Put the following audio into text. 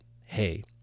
hey